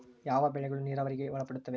ಯಾವ ಬೆಳೆಗಳು ನೇರಾವರಿಗೆ ಒಳಪಡುತ್ತವೆ?